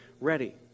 ready